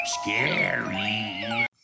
scary